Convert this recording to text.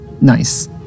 Nice